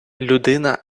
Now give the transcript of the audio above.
людина